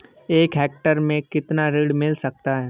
एक हेक्टेयर में कितना ऋण मिल सकता है?